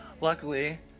Luckily